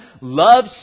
Love